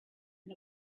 and